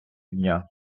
дня